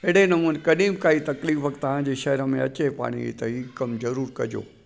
अहिड़े नमूने कॾहिं बि काई तकलीफ़ तव्हांजे शहर में अचे पाणीअ जी त हीउ कमु ज़रूरु कजो